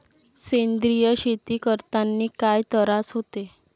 सेंद्रिय शेती करतांनी काय तरास होते?